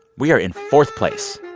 we are in fourth place.